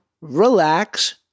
relax